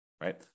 right